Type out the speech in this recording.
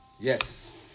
Yes